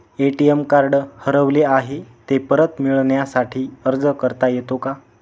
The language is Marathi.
ए.टी.एम कार्ड हरवले आहे, ते परत मिळण्यासाठी अर्ज करता येतो का?